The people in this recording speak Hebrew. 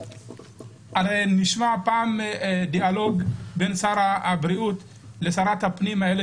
הרי נשמע פעם דיאלוג בין שר הבריאות לשרת הפנים אילת